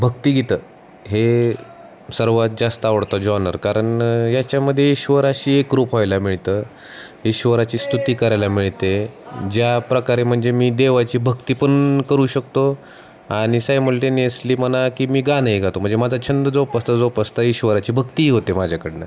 भक्तिगीतं हे सर्वात जास्त आवडता जॉनर कारण याच्यामध्ये ईश्वराशी एकरूप व्हायला मिळतं ईश्वराची स्तुती करायला मिळते ज्याप्रकारे म्हणजे मी देवाची भक्ती पण करू शकतो आणि सायमल्टेनियसली म्हणा की मी गाणं गातो म्हणजे माझा छंद जोपासता जोपासता ईश्वराची भक्तीही होते माझ्याकडून